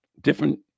different